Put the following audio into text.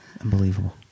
Unbelievable